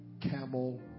camel